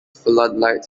floodlights